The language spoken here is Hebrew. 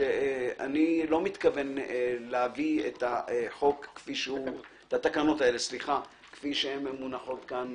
שאיני מתכון להביא את התקנות האלה כפי שהן מונחות כאן